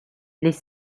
les